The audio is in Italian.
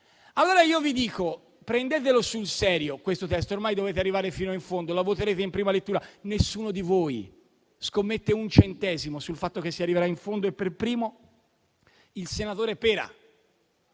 Allora io vi dico: prendetelo sul serio questo testo, ormai dovete arrivare fino in fondo. Lo voterete in prima lettura, nessuno di voi scommette un centesimo sul fatto che si arriverà in fondo e per primo il senatore Pera,